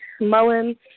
Mullen